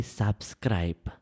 subscribe